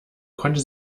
konnte